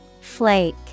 Flake